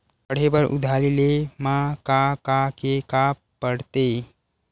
पढ़े बर उधारी ले मा का का के का पढ़ते?